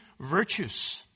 virtues